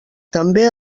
també